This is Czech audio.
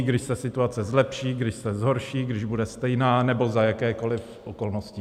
Když se situace zlepší, když se zhorší, když bude stejná, nebo za jakýchkoli okolností?